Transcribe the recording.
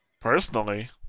personally